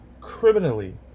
criminally